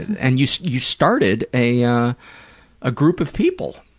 and you so you started a yeah ah group of people.